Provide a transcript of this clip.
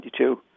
22